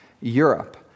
Europe